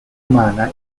umana